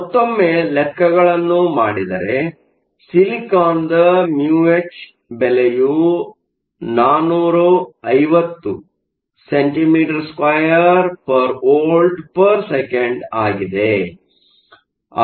ಮತ್ತೊಮ್ಮೆ ಲೆಕ್ಕಗಳನ್ನು ಮಾಡಿದರೆ ಸಿಲಿಕಾನ್ದ μhದ ಬೆಲೆಯು 450 cm2v 1s 1ಆಗಿದೆ